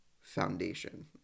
foundation